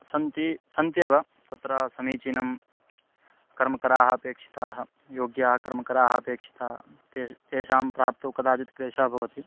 सन्ति सन्त्येव तत्र समीचीनं कर्मकराः अपेक्षिताः योग्याः कर्मकराः अपेक्षिता ते तेषां प्राप्तुं कदाचित् क्लेशः भवति